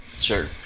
Sure